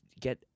get –